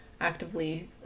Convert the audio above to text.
actively